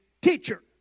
teacher